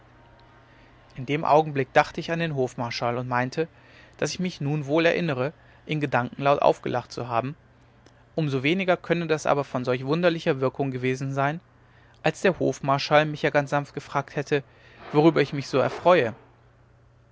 in dem augenblick dachte ich an den hofmarschall und meinte daß ich mich nun wohl erinnere in gedanken laut aufgelacht zu haben um so weniger könne das aber von solch wunderlicher wirkung gewesen sein als der hofmarschall mich ja ganz sanft gefragt hätte worüber ich mich so erfreue